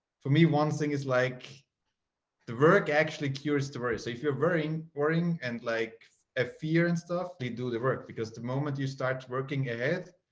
for me one thing is like the work actually curious to worry so if you're very boring and like a fear and stuff, they do the work because the moment you start working it